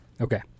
Okay